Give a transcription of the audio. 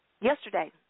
Yesterday